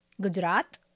gujarat